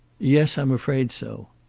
yes. i'm afraid so.